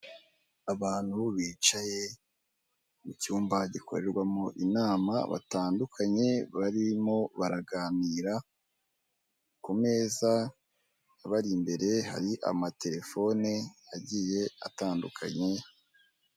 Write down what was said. Abantu bicaye mu cyumba gikorerwamo inama, batandukanye, barimo baraganira, ku meza abari imbere hari amatelefone atandukanye,